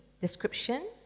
description